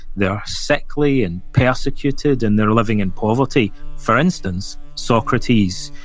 they're sickly, and persecuted, and they're living in poverty, for instance, socrates,